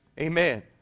Amen